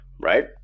right